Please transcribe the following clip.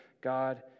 God